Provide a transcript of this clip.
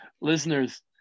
listeners